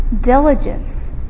diligence